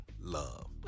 love